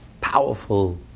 powerful